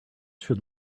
should